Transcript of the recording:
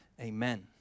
amen